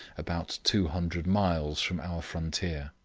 about two hundred miles from our frontier.